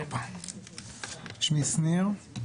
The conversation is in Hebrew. שמי שניר,